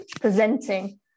presenting